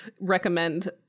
recommend